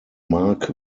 mark